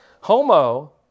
Homo